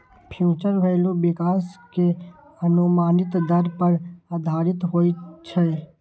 future value विकास के अनुमानित दर पर आधारित होइ छै